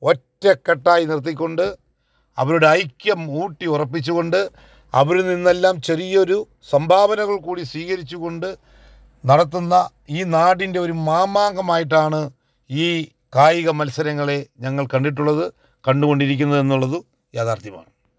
ഒറ്റകെട്ടായി നിർത്തി കൊണ്ട് അവരുടെ ഐക്യം ഊട്ടി ഉറപ്പിച്ചു കൊണ്ട് അവരിൽ നിന്നെല്ലാം ചെറിയൊരു സംഭാവനകൾ കൂടി സ്വീകരിച്ചു കൊണ്ട് നടത്തുന്ന ഈ നാടിൻ്റെ ഒരു മാമാങ്കമായിട്ടാണ് ഈ കായിക മത്സരങ്ങളെ ഞങ്ങൾ കണ്ടിട്ടുള്ളത് കണ്ട് കൊണ്ടിരിക്കുന്നത് എന്നുള്ളതും യാഥാർഥ്യമാണ്